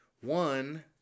one